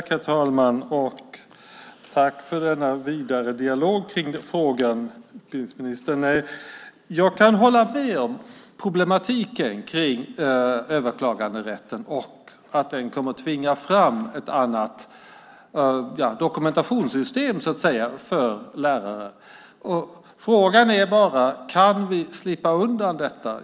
Herr talman! Jag tackar för denna vidare dialog i frågan, utbildningsministern. Jag kan hålla med om problematiken kring överklaganderätten och att den kommer att tvinga fram ett annat dokumentationssystem för lärare. Frågan är bara om vi kan slippa undan detta.